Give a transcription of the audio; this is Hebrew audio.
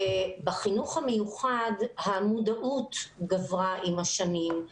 בחינוך המיוחד המודעות גברה עם השנים.